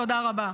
תודה רבה.